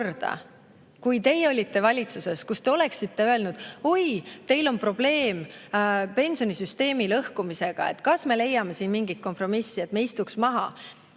korda, kui teie olite valitsuses, kus te oleksite öelnud: "Oi, teil on probleem pensionisüsteemi lõhkumisega. Kas me leiame siin mingi kompromissi, kas me istuks maha?"